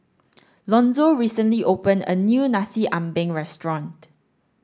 Lonzo recently opened a new Nasi Ambeng restaurant